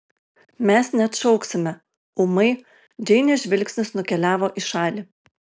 mes neatšauksime ūmai džeinės žvilgsnis nukeliavo į šalį